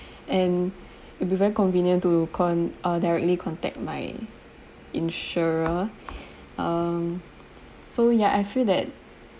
and it'll be very convenient to con~ err directly contact my insurer um so ya I feel that